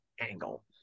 angle